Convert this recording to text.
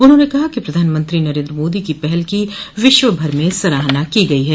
उन्होंने कहा कि प्रधानमंत्री नरेन्द्र मोदी की पहल की विश्वभर में सराहना की गई है